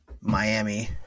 Miami